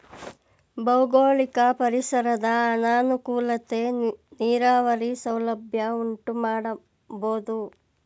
ಭೌಗೋಳಿಕ ಪರಿಸರದ ಅನಾನುಕೂಲತೆ ನೀರಾವರಿ ಸೌಲಭ್ಯ ಉಂಟುಮಾಡಬೋದು